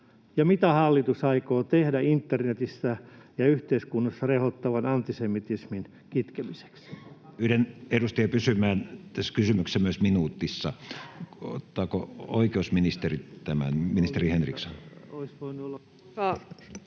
Ja mitä hallitus aikoo tehdä internetissä ja yhteiskunnassa rehottavan antisemitismin kitkemiseksi? Pyydän edustajia pysymään myös kysymyksessä minuutissa. — Ottaako oikeusministeri tämän? — Ministeri Henriksson.